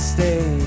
Stay